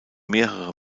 mehrere